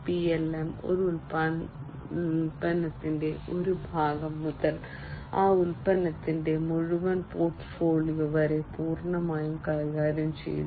PLM ഒരു ഉൽപ്പന്നത്തിന്റെ ഒരു ഭാഗം മുതൽ ആ ഉൽപ്പന്നത്തിന്റെ മുഴുവൻ പോർട്ട്ഫോളിയോ വരെ പൂർണ്ണമായും കൈകാര്യം ചെയ്യുന്നു